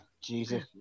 Jesus